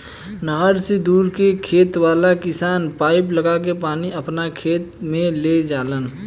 नहर से दूर के खेत वाला किसान पाइप लागा के पानी आपना खेत में ले जालन